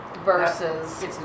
Versus